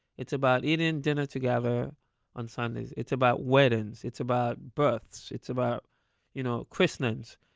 it's about eating dinner together on sundays. it's about weddings. it's about births. it's about you know christenings.